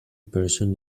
person